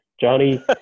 Johnny